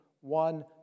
one